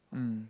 mm